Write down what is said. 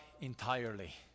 entirely